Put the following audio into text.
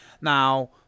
Now